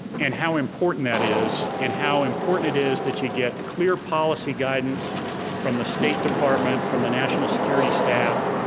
and how important that is and how important it is that you get clear policy guidance from the state department, from the national security staff,